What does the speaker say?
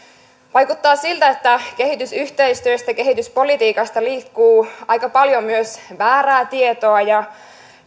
vaikuttaa siltä että kehitysyhteistyöstä ja kehityspolitiikasta liikkuu aika paljon myös väärää tietoa